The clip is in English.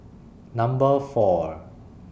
Number four